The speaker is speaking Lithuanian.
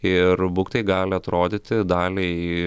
ir būk tai gali atrodyti daliai